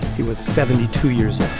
he was seventy two years